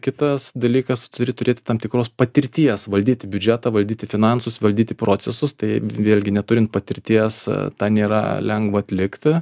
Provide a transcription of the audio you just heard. kitas dalykas turi turėti tam tikros patirties valdyti biudžetą valdyti finansus valdyti procesus tai vėlgi neturint patirties tą nėra lengva atlikti